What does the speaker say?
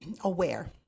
aware